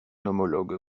homologue